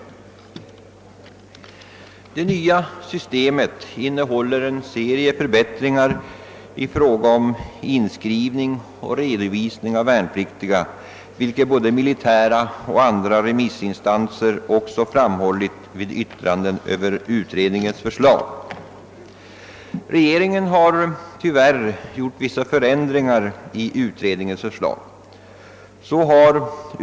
Vidare inrymmer det nya systemet en serie förbättringar i fråga om inskrivning och redovisning av värnpliktiga, vilket både militära och andra remissinstanser framhållit i yttranden över utredningens förslag. Regeringen har tyvärr gjort vissa ändringar av utredningens förslag.